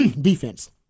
defense